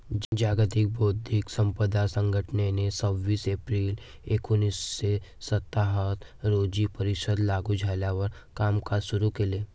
जागतिक बौद्धिक संपदा संघटनेने सव्वीस एप्रिल एकोणीसशे सत्याहत्तर रोजी परिषद लागू झाल्यावर कामकाज सुरू केले